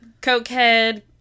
Cokehead